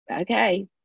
Okay